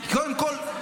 קודם כול,